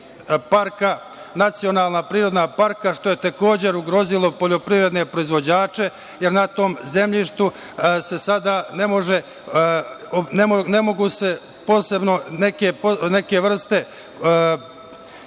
parka, nacionalna prirodna parka, što je takođe ugrozilo poljoprivredne proizvođače, jer na tom zemljištu se sada ne mogu neke vrste